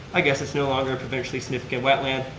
i guess it's no longer a provincially significant wetland,